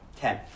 Ten